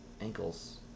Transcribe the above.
Ankles